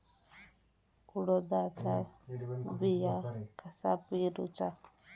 उडदाचा बिया कसा पेरूचा?